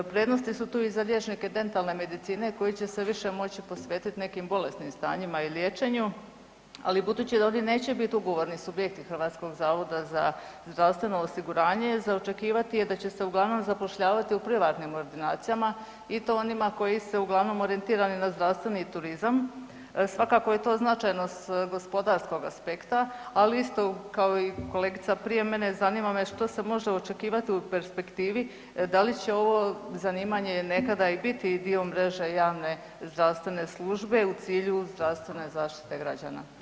Prednosti su tu i za liječnike dentalne medicine koji će se više moći posvetiti nekim bolesnim stanjima i liječenju, ali budući da ovdje neće biti ugovorni subjekti HZZO-a za očekivati je da će se uglavnom zapošljavati u privatnim ordinacijama i to onima koji su uglavnom orijentirani na zdravstveni turizam, svakako je to značajno s gospodarskog aspekta, ali isto kao i kolegica prije mene zanima me što se može očekivati u perspektivi da li će ovo zanimanje nekada i biti dio mreže javne zdravstvene službe u cilju zdravstvene zaštite građana.